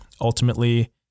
Ultimately